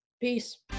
Peace